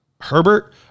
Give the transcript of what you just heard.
herbert